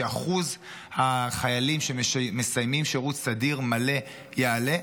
כך שאחוז החיילים שמסיימים שירות סדיר מלא יעלה,